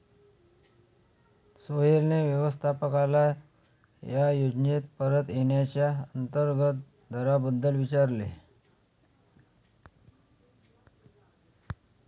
सोहेलने व्यवस्थापकाला या योजनेत परत येण्याच्या अंतर्गत दराबद्दल विचारले